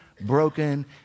broken